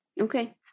Okay